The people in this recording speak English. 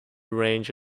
range